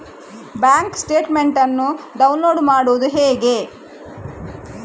Bank statement ಅನ್ನು download ಮಾಡುವುದು ಹೇಗೆ?